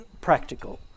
practical